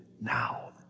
now